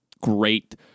great